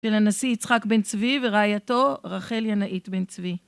של הנשיא יצחק בן צבי ורעייתו רחל ינאית בן צבי